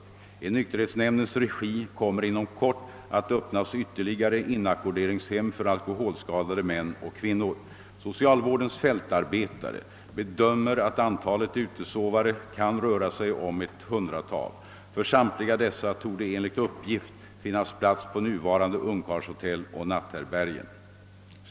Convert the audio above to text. I nykterhetsnämndens regi kommer inom kort att öppnas ytterligare inackorderingshem för alkoholskadade män och kvinnor. Socialvårdens fältarbetare bedömer att antalet utesovare kan röra sig om ett hundratal. För samtliga dessa torde det enligt uppgift finnas plats på nuvarande ungkarlshotell och natthärbärgen.